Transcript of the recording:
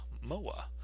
Moa